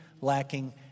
lacking